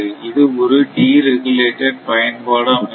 இது ஒரு deregulated பயன்பாடு அமைப்பாக இருக்கும்